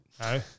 No